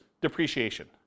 depreciation